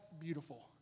beautiful